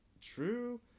true